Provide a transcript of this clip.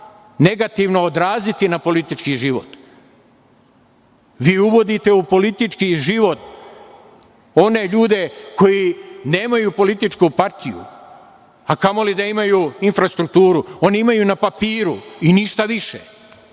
negativno odraziti na politički život. Vi uvodite u politički život one ljude koji nemaju političku partiju, a kamoli da imaju infrastrukturu. Oni imaju na papiru i ništa više,